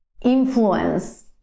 influence